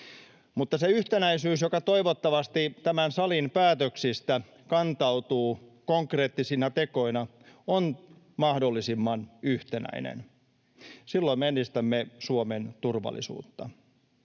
Mutta kun se yhtenäisyys, joka toivottavasti tämän salin päätöksistä kantautuu konkreettisina tekoina, on mahdollisimman yhtenäinen, silloin me edistämme Suomen turvallisuutta.